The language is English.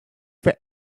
for